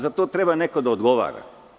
Za to treba neko da odgovara.